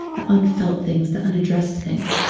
the unfelt things, the unaddressed things.